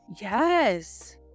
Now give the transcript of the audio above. Yes